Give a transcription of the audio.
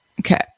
Okay